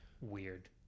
weird